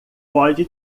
pode